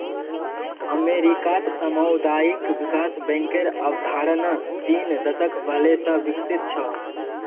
अमेरिकात सामुदायिक विकास बैंकेर अवधारणा तीन दशक पहले स विकसित छ